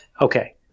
Okay